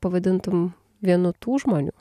pavadintum vienu tų žmonių